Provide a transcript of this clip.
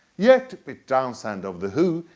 yet, pete townshend of the who,